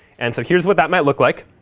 and so here's what that might look like.